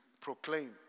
proclaim